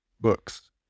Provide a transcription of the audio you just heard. books